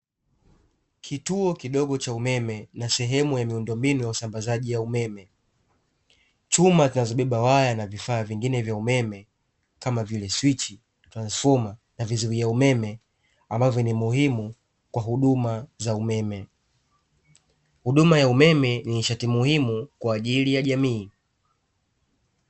Kituo kidogo cha umeme na sehemu ya miundombinu ya usambazaji wa umeme. Chuma zinazobeba waya na vifaa vingine vya umeme kama vile swichi, ‘transformer’ na vizimia umeme, ambavyo ni muhimu kwa huduma za umeme. Huduma ya umeme ni nishati muhimu kwa ajili ya jamii.